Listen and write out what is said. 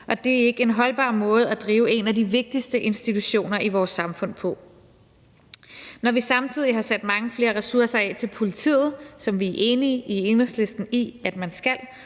og det er ikke en holdbar måde at drive en af de vigtigste institutioner i vores samfund på. Når vi samtidig har sat mange flere ressourcer af til politiet, som vi i Enhedslisten er enige i at man skal,